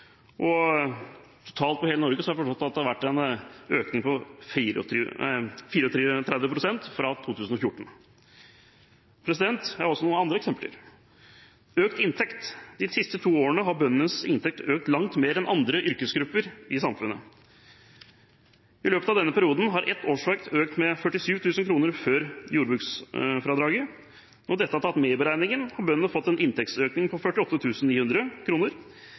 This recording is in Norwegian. og totalt for hele Norge har jeg forstått at det har vært en økning på 34 pst. fra 2014. Jeg har også noen andre eksempler – om økt inntekt. De siste to årene har bøndenes inntekt økt langt mer enn inntekten til andre yrkesgrupper i samfunnet. I løpet av denne perioden har ett årsverk økt med 47 000 kr før jordbruksfradraget, og dette tatt med i beregningen har bøndene fått en inntektsøkning på